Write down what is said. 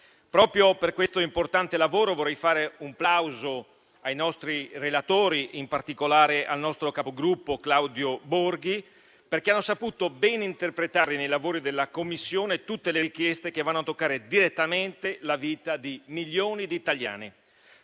Proprio per questo importante lavoro, vorrei fare un plauso ai nostri relatori, in particolare al nostro capogruppo Claudio Borghi, perché hanno saputo ben interpretare nei lavori della Commissione tutte le richieste che vanno a toccare direttamente la vita di milioni di italiani.